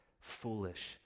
foolish